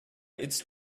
its